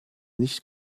nicht